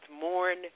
mourn